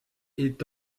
est